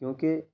کیونکہ